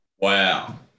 Wow